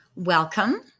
Welcome